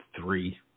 three